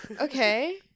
okay